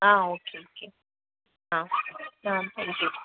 ah okay okay ah hmm thank you